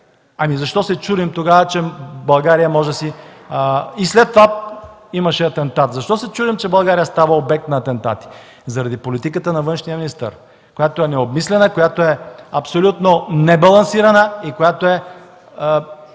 лидери и направи пресконференция, и след това имаше атентат. Защо се чудим, че България става обект на атентати? Заради политиката на външния министър, която е необмислена, която е абсолютно небалансирана и която е